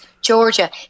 Georgia